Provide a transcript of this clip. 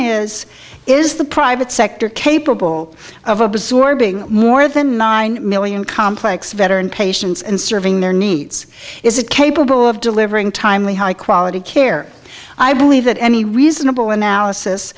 is is the private sector capable of absorbing more than nine million complex veteran patients and serving their needs is it capable of delivering timely high quality care i believe that any reasonable analysis